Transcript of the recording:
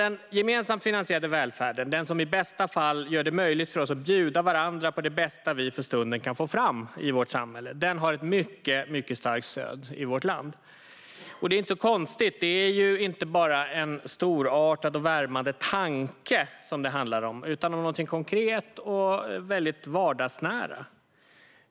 Den gemensamt finansierade välfärden, som i bästa fall gör det möjligt för oss att bjuda varandra på det bästa vi för stunden kan få fram i vårt samhälle, har ett mycket starkt stöd i vårt land. Det är inte så konstigt. Det handlar ju inte bara om en storartad och värmande tanke, utan om någonting konkret och väldigt vardagsnära.